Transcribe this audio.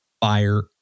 fire